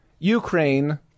Ukraine